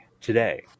today